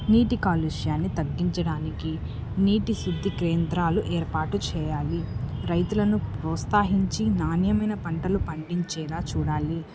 నీటి కాలుష్యాన్ని తగ్గించడానికి నీటి శుద్ధి కేేంద్రాలు ఏర్పాటు చేయాలి రైతులను ప్రోస్తహించి నాణ్యమైన పంటలు పండించేలా చూడాలి